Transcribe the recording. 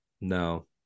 no